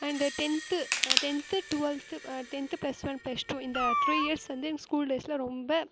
இந்த tenth tenth twelfth tenth plus one plus two இந்த three years வந்து எங்கள் ஸ்கூல் டேஸ்ஸில் ரொம்ப